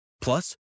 Plus